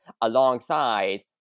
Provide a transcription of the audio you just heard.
alongside